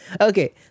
Okay